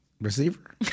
receiver